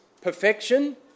Perfection